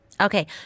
okay